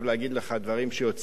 דברים שיוצאים מן הלב,